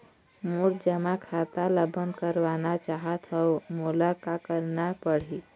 मोर जमा खाता ला बंद करवाना चाहत हव मोला का करना पड़ही?